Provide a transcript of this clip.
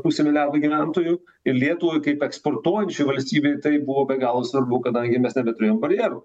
pusę milijardo gyventojų ir lietuvai kaip eksportuojančiai valstybei tai buvo be galo svarbu kadangi mes nebeturėjom barjerų